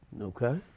Okay